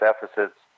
deficits